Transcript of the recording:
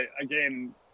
again